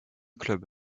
club